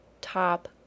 top